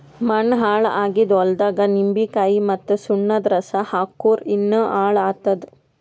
ಮಣ್ಣ ಹಾಳ್ ಆಗಿದ್ ಹೊಲ್ದಾಗ್ ನಿಂಬಿಕಾಯಿ ಮತ್ತ್ ಸುಣ್ಣದ್ ರಸಾ ಹಾಕ್ಕುರ್ ಇನ್ನಾ ಹಾಳ್ ಆತ್ತದ್